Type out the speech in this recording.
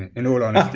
in all honesty.